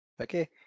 Okay